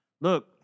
look